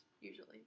usually